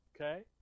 Okay